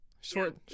short